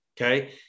Okay